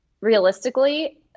realistically